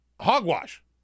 hogwash